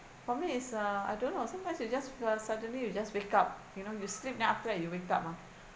for me is uh I don't know sometimes you just fe~ suddenly you just wake up you know you sleep then after that you wake up ah